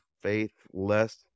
faithless